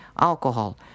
alcohol